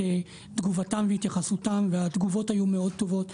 תגובתם והתייחסותם והתגובות היו מאוד טובות.